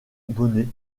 bonnet